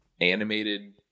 animated